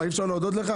מה, אי אפשר להודות לך?